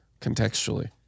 contextually